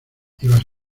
ibas